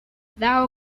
thou